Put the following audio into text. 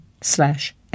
slash